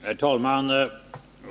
Herr talman!